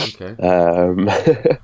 okay